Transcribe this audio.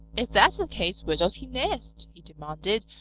if that's the case where does he nest? he demanded.